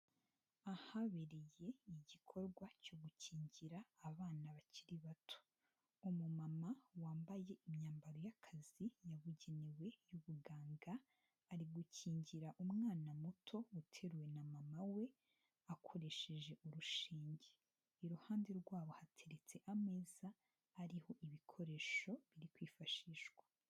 Ahabereye igikorwa cyo gukingira abana bakiri bato, umumama wambaye imyambaro y'akazi yabugenewe y'ubuganga, ari gukingira umwana muto uteruwe na mama we akoresheje urushinge, iruhande rwabo hateriretse ameza ariho ibikoresho biri kwifashishwa.